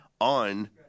on